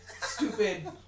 stupid